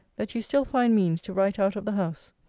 that you still find means to write out of the house.